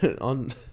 On